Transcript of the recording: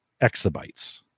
exabytes